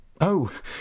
Oh